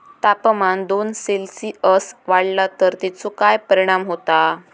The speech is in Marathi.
तापमान दोन सेल्सिअस वाढला तर तेचो काय परिणाम होता?